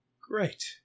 great